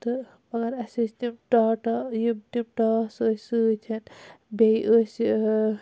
تہٕ مَگَر اَسہِ أسۍ تِم ٹا یِم تِم ٹاس أسۍ سۭتۍ بیٚیہ أسۍ